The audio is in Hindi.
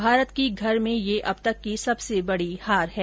भारत की घर में यह अब तक की सबसे बडी हार है